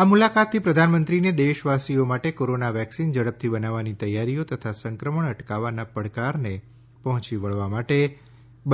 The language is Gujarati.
આ મુલાકાતથી પ્રધાનમંત્રીને દેશવાસીઓ માટે કોરોના વેકસીન ઝડપથી બનાવવાની તૈયારીઓ તથા સંક્રમણ અટકાવવાના પડકારને પહોંચી વળવા માટે